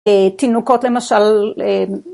תינוקות למשל.